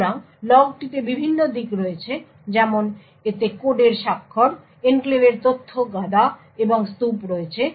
সুতরাং লগটিতে বিভিন্ন দিক রয়েছে যেমন এতে কোডের স্বাক্ষর এনক্লেভের তথ্য গাদা এবং স্তূপ রয়েছে